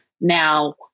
Now